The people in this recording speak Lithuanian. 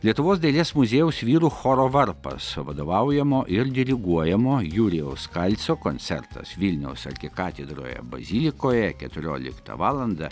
lietuvos dailės muziejaus vyrų choro varpas vadovaujamo ir diriguojamo jurijaus kalco koncertas vilniaus arkikatedroje bazilikoje keturioliktą valandą